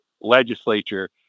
legislature